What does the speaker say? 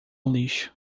lixo